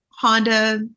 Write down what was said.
Honda